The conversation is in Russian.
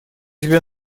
себе